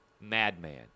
madman